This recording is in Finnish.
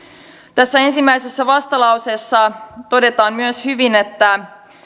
tässä ensimmäisessä vastalauseessa todetaan myös hyvin että